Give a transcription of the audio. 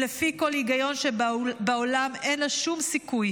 ולפי כל היגיון שבעולם, אין לה שום סיכוי